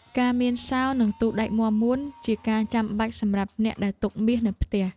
ការមានសោ និងទូដែកមាំមួន ជាការចាំបាច់សម្រាប់អ្នកដែលទុកមាសនៅផ្ទះ។